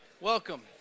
welcome